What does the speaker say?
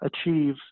achieve